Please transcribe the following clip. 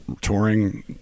touring